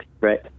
Right